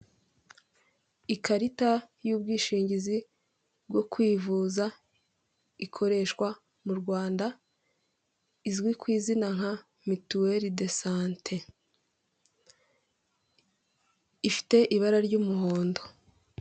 Ikarita y'ubwishingizi bwo kwivuza, ikoreshwa mu Rwanda, izwi ku izina nka "mutuel de sante", ifite ibara ry'umuhondo.